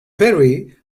perry